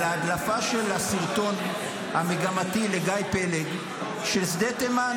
על ההדלפה של הסרטון המגמתי לגיא פלג של שדה תימן,